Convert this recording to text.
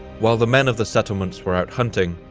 while the men of the settlements were out hunting,